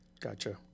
Gotcha